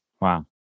Wow